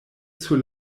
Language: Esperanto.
sur